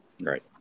Right